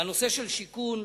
בנושא השיכון,